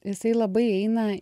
jisai labai eina